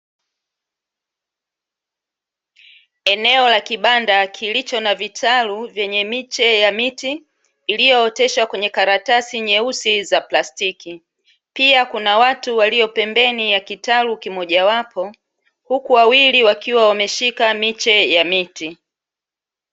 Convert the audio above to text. Eneo la kibanda kilicho na vitalu vyenye miche ya miti iliyootesha kwenye karatasi nyeusi za plastiki, pia kuna watu walio pembeni ya kitalu kimoja wapo, huku wawili wakiwa wameshika miche ya miti.